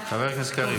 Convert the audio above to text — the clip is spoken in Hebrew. חבר הכנסת קריב.